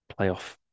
playoff